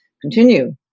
continue